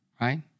right